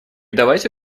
давайте